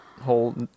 whole